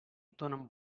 donen